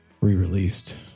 re-released